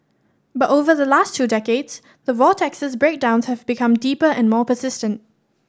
but over the last two decades the vortex's breakdowns have become deeper and more persistent